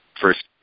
First